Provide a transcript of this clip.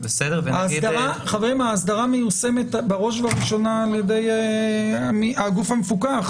האסדרה מיושמת בראש ובראשונה על-ידי הגוף המפוקח,